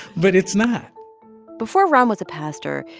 but it's not before ron was a pastor,